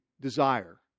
desire